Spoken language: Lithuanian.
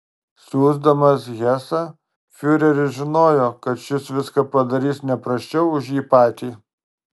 siųsdamas hesą fiureris žinojo kad šis viską padarys ne prasčiau už jį patį